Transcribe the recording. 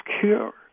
Cure